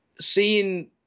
seeing